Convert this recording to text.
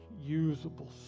usable